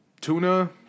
Tuna